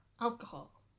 Alcohol